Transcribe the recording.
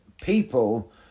people